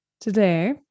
Today